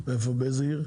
באילת.